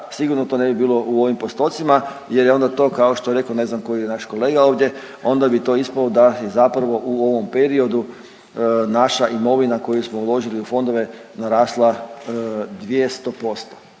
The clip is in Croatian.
sigurno to ne bi bilo u ovim postocima jer je onda to kao što je rekao ne znam koji naš kolega ovdje, onda bi to ispalo da je zapravo u ovom periodu naša imovina koju smo uložili u fondove narasla 200%